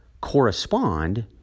correspond